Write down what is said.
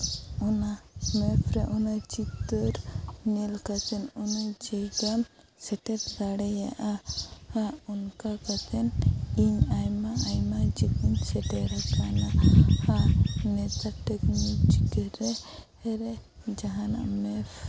ᱚᱱᱟ ᱢᱮᱯ ᱨᱮ ᱚᱱᱟ ᱪᱤᱛᱟᱹᱨ ᱧᱮᱞ ᱠᱟᱛᱮᱱ ᱚᱱᱟ ᱡᱟᱭᱜᱟᱢ ᱥᱮᱴᱮᱨ ᱫᱟᱲᱮᱭᱟᱜᱼᱟ ᱟᱨ ᱚᱱᱠᱟ ᱠᱟᱛᱮᱱ ᱤᱧ ᱟᱭᱢᱟ ᱟᱭᱢᱟ ᱡᱟᱭᱜᱟᱧ ᱥᱮᱴᱮᱨ ᱟᱠᱟᱱᱟ ᱟᱨ ᱱᱮᱛᱟᱨ ᱴᱮᱠᱱᱤᱠ ᱡᱩᱜᱽ ᱨᱮ ᱡᱟᱦᱟᱱᱟᱜ ᱢᱮᱯ